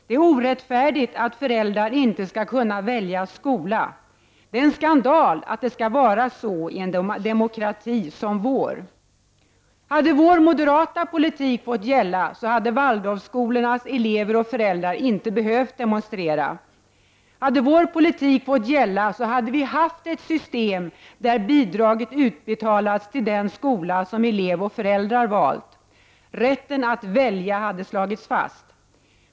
Det är orättfärdigt att föräldrar inte skall kunna välja skola. Det är en skandal att det skall vara så i en demokrati som vår. Hade vår moderata politik fått gälla, hade Waldorfskolornas elever och föräldrar inte behövt demonstrera. Hade vår politik fått gälla, hade vi haft ett system där bidraget utbetalats till den skola som elev och föräldrar valt. Rätten att välja hade slagits fast.